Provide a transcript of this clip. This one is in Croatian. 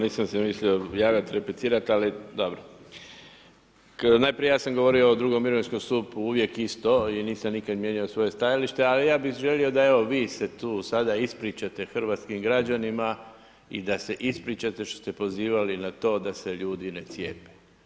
Nisam se mislio javljati, replicirati ali najprije ja sam govorio o II. mirovinskom stupu uvijek isto i nisam nikad mijenjao svoje stajalište ali ja bih želio da evo vi se tu sada ispričate hrvatskim građanima i da se ispričate što ste pozivali na to da se ljudi ne cijepe.